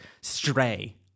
stray